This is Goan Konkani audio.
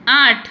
आठ